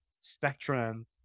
spectrum